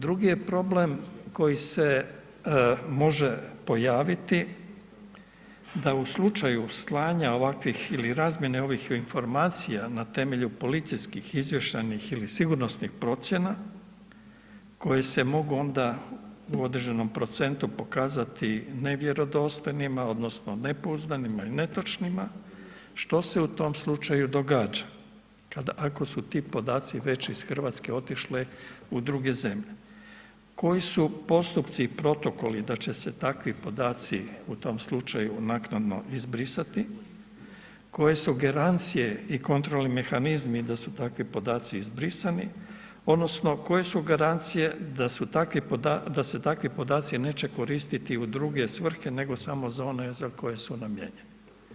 Drugi je problem koji se može pojaviti da u slučaju slanja ovakvih slanja ovakvih ili razmjene ovih informacija na temelju policijskih izvještajnih ili sigurnosnih procjena koje se mogu onda u određenom procentu pokazati nevjerodostojnima odnosno nepouzdanima i netočnima, što se u tom slučaju događa kad ako su ti podaci već iz Hrvatske otišli u druge zemlje, koji su postupci i protokoli da će se takvi podaci u tom slučaju naknadno izbrisati, koje su garancije i kontrolni mehanizmi da su takvi podaci izbrisani odnosno koje su garancije da se takvi podaci neće koristiti u druge svrhe nego samo za one za koje su namijenjene.